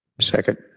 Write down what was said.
Second